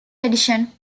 edition